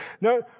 No